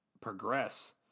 progress